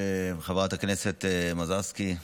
חברת הכנסת מזרסקי.